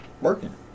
working